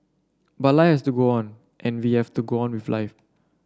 but life has to go on and we have to go on with life